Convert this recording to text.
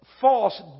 false